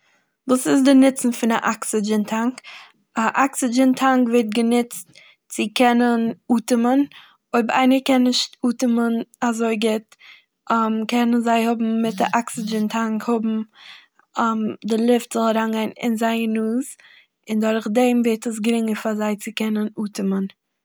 וואס איז די נוצן פון א אקסעדזשין טאנק? א אקסעדזשין טאנק ווערט גענוצט צו קענען אטעמען. אויב איינער קען נישט אטעמען אזוי גוט קענען זיי האבן מיט א אקסעדזשין טענק האבן די לופט זאל אריינגיין אין זייער נאז, און דורך דעם ווערט עס גרינגער פאר זיי צו קענען אטעמען.